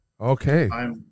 Okay